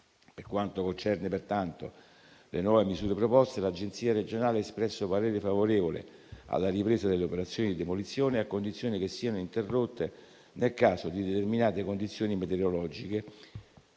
Per quanto concerne pertanto le nuove misure proposte, l'Agenzia regionale ha espresso parere favorevole alla ripresa delle operazioni di demolizione, a condizione che siano interrotte nel caso di condizioni metereologiche